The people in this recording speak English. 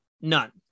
None